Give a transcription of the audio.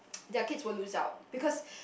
their kids will lose out because